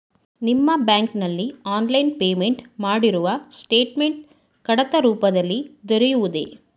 ನಿಮ್ಮ ಬ್ಯಾಂಕಿನಲ್ಲಿ online payment ಮಾಡಿರುವ ಸ್ಟೇಟ್ಮೆಂಟ್ ಕಡತ ರೂಪದಲ್ಲಿ ದೊರೆಯುವುದೇ?